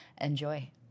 Enjoy